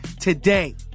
today